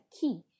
key